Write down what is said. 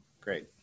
Great